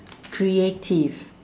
creative